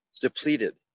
depleted